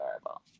adorable